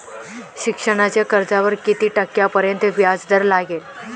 शिक्षणाच्या कर्जावर किती टक्क्यांपर्यंत व्याजदर लागेल?